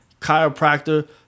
chiropractor